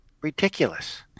Ridiculous